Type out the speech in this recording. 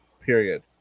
Period